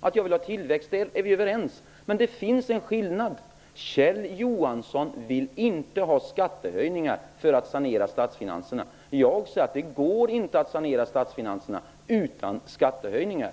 att jag vill ha tillväxt. Vi är överens, men det finns en skillnad. Kjell Johansson vill inte ha skattehöjningar för att sanera statsfinanserna. Jag säger att det inte går att sanera statsfinanserna utan skattehöjningar.